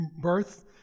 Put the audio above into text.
birth